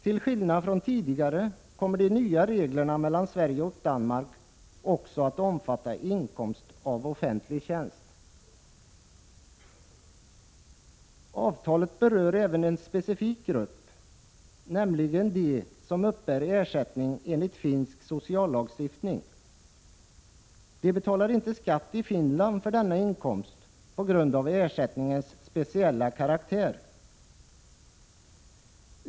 Till skillnad från tidigare kommer de nya reglerna mellan Sverige och Danmark också att omfatta inkomst av offentlig tjänst. Avtalet berör även en specifik grupp, nämligen de personer som uppbär ersättning enligt finsk sociallagstiftning. De betalar inte skatt i Finland för denna inkomst på grund av ersättningens speciella karaktär.